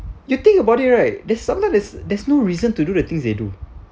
you think about it right this sometimes there's there's no reason to do the things they do